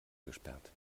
gesperrt